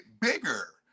bigger